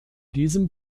diesem